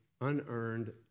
unearned